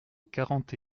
quarante